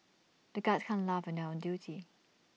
the guards can't laugh when they are on duty